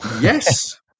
Yes